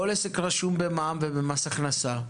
הוא רשום במע"מ ובמס הכנסה.